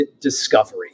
discovery